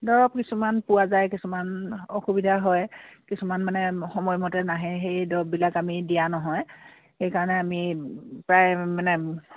দৰৱ কিছুমান পোৱা যায় কিছুমান অসুবিধা হয় কিছুমান মানে সময়মতে নাহে সেই দৰৱবিলাক আমি দিয়া নহয় সেইকাৰণে আমি প্ৰায় মানে